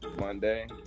Monday